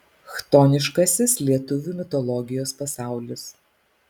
chtoniškasis lietuvių mitologijos pasaulis